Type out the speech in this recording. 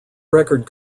record